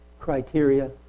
criteria